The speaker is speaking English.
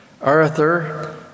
Arthur